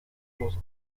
los